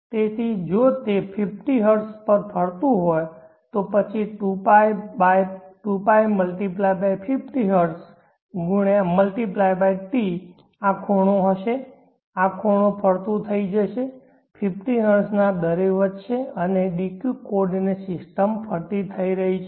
તેથી જો તે 50 હર્ટ્ઝ પર ફરતું હોય તો પછી 2π 50 હર્ટ્ઝ ગુણ્યાં ટી આ ખૂણો હશે અને આ ખૂણો ફરતું થઈ જશે 50 હર્ટ્ઝના દરે વધશે અને આ dq કોઓર્ડિનેટ સિસ્ટમ ફરતી થઈ રહી છે